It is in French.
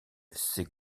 ses